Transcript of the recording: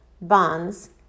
bonds